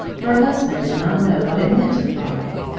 her husband did not know what it meant to frolic.